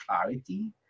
clarity